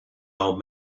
old